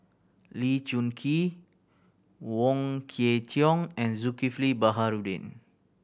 Lee Choon Kee Wong Kwei Cheong and Zulkifli Baharudin